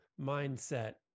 mindset